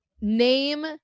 name